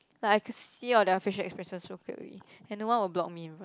like I could see all their facial expression so clearly and no one will block me in front